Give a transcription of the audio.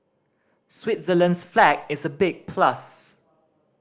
Switzerland's flag is a big plus